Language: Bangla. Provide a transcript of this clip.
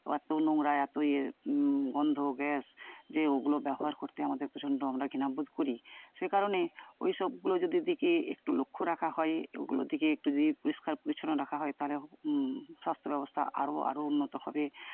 বাথরুম নোংরা এত ইয়ে গন্ধ গ্যাস যে ওগুলো ব্যবহার করতে আমাদের প্রচণ্ড আমরা ঘৃণাবোধ করি সে কারণে ওই সবগুলোর যদি দিকে একটু লক্ষ্য রাখা হয় ওগুলোর দিকে যদি একটু পরিষ্কার পরিচ্ছন্ন রাখা হয় তাহলে স্বাস্থ্যব্যবস্থা আরও আরও উন্নত হবে